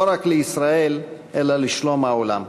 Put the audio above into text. לא רק לישראל אלא לשלום העולם.